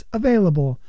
available